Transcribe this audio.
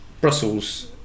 Brussels